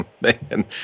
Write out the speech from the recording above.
man